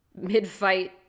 mid-fight